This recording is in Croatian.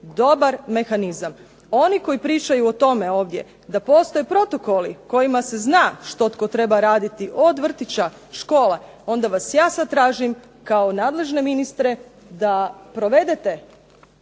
dobar mehanizam. Oni koji pričaju o tome ovdje da postoje protokoli kojima se zna što tko treba raditi od vrtića, škola, onda vas ja sad tražim kao nadležne ministre da provedete